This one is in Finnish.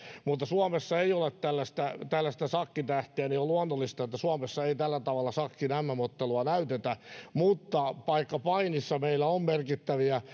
suomessa ei ole tällaista tällaista shakkitähteä joten on luonnollista että suomessa ei tällä tavalla shakin mm ottelua näytetä mutta vaikkapa painissa meillä on merkittäviä